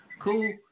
Cool